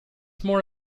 more